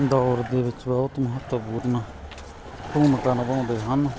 ਦੌਰ ਦੇ ਵਿੱਚ ਬਹੁਤ ਮਹੱਤਵਪੂਰਨ ਭੂਮਿਕਾ ਨਿਭਾਉਂਦੇ ਹਨ